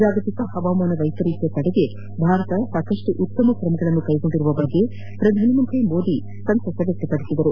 ಜಾಗತಿಕ ಹವಾಮಾನ ವೈಪರೀತ್ಯ ತಡೆಗೆ ದೇಶ ಸಾಕಷ್ಟು ಉತ್ತಮ ಕ್ರಮಗಳನ್ನು ಕೈಗೊಂಡಿರುವ ಬಗ್ಗೆ ಪ್ರಧಾನಿ ಮೋದಿ ಸಂತಸ ವ್ಯಕ್ಷಪಡಿಸಿದರು